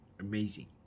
Amazing